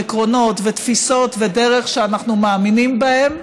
עקרונות ותפיסות ודרך שאנחנו מאמינים בהם,